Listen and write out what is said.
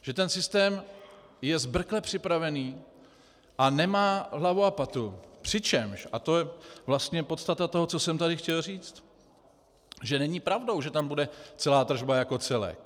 Že ten systém je zbrkle připravený a nemá hlavu a patu, přičemž, a to je vlastně podstata toho, co jsem tady chtěl říct, že není pravdou, že tam bude celá tržba jako celek.